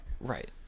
Right